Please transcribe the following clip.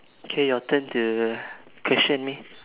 okay your turn to question me